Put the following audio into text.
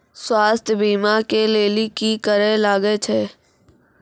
स्वास्थ्य बीमा के लेली की करे लागे छै?